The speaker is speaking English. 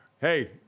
hey